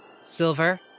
Silver